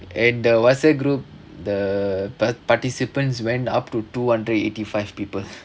and the WhatsApp group the participants went up to two hundred and eighty five pupils